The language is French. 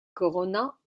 corona